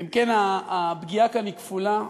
אם כן, הפגיעה כאן היא כפולה.